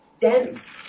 dense